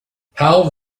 hal